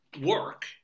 work